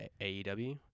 AEW